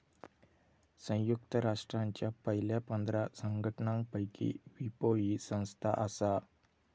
संयुक्त राष्ट्रांच्या पयल्या पंधरा संघटनांपैकी विपो ही संस्था आसा